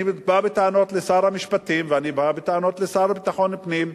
אני בא בטענות לשר המשפטים ואני בא בטענות לשר לביטחון פנים.